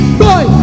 boy